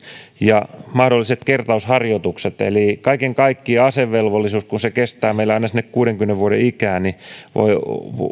ja mahdolliset kertausharjoitukset eli kaiken kaikkiaan asevelvollisuus kun se kestää meillä aina sinne kuudenkymmenen vuoden ikään